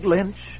Lynch